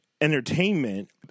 entertainment